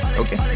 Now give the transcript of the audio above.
okay